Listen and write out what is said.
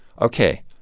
okay